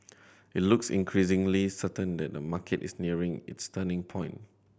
it looks increasingly certain that the market is nearing its turning point